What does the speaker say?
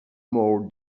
more